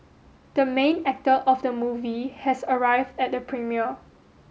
the main actor of the movie has arrived at the premiere